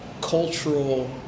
cultural